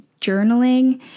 journaling